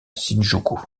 shinjuku